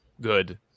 good